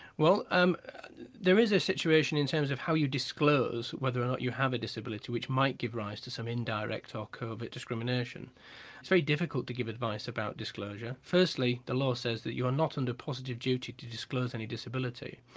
well um there there is a situation in terms of how you disclose whether or not you have a disability which might give rise to some indirect or covert discrimination. it's very difficult to give advice about disclosure. firstly, the law says that you're not under positive duty to disclose any disability.